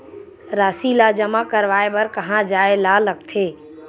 राशि ला जमा करवाय बर कहां जाए ला लगथे